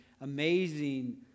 amazing